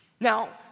Now